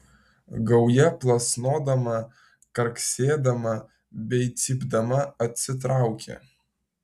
gauja plasnodama karksėdama bei cypdama atsitraukė